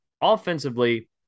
Offensively